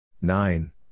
Nine